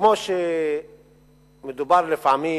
וכמו שמדובר לפעמים,